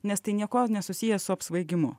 nes tai niekuo nesusiję su apsvaigimu